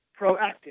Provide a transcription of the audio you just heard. proactive